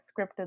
scripted